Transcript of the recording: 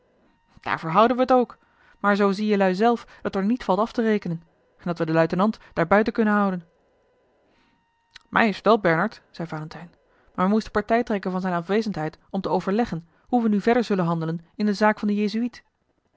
daarvoor houden wij het ook maar zoo zie jelui zelf dat er niet valt af te rekenen en dat we den luitenant daar buiten kunnen houden mij is t wel bernard zeî valentijn maar wij moesten partij trekken van zijne afwezendheid om te overleggen hoe we nu verder zullen handelen in de zaak van den